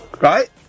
Right